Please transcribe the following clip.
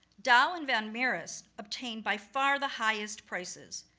dou and van mieris obtained, by far, the highest prices.